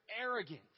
arrogant